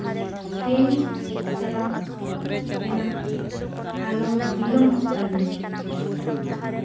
train ᱪᱟᱞᱟᱜ ᱨᱮᱱᱟᱜ ᱟᱞᱚ ᱵᱤᱞᱚᱢᱚᱜ ᱛᱟ ᱞᱤᱧ ᱢᱟ